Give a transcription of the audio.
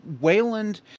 wayland